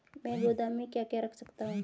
मैं गोदाम में क्या क्या रख सकता हूँ?